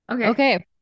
okay